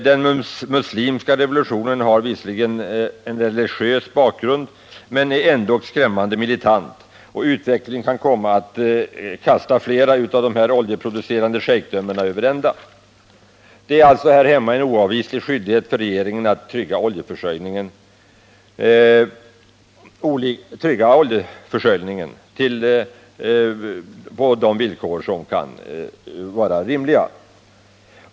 Den muslimska revolutionen har visserligen en religiös bakgrund men är ändå skrämmande militant. Utvecklingen kan komma att kasta flera av de oljeproducerande schejkdömena runt arabiska viken över ända. Det är alltså här hemma en oavvislig skyldighet för regeringen att trygga oljeförsörjningen på villkor som kan vara rimliga.